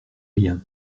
rien